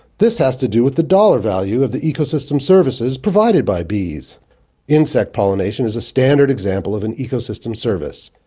this has to do with the dollar value of the ecosystem services provided by bees insect pollination is a standard example of an ecosystem service.